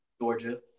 Georgia